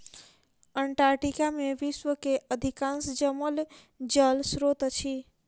Antarctica में विश्व के अधिकांश जमल जल स्त्रोत अछि